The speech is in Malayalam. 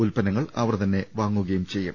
ഉല്പന്നങ്ങൾ അവർ തന്നെ വാങ്ങുകയും ചെയ്യും